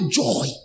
joy